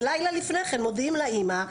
ולילה לפני כן מודיעים לאמא,